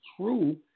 true